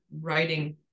writing